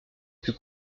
plus